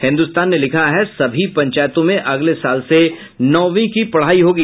हिन्दुस्तान ने लिखा है सभी पंचायतों में अगले साल से नौवीं की पढ़ाई होगी